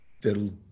that'll